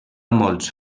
molts